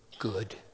Good